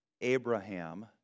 Abraham